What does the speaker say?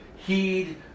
Heed